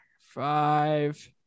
five